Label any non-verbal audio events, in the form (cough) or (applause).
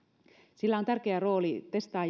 sillä on tärkeä rooli testaa (unintelligible)